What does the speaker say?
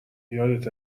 یادت